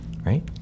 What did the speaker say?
Right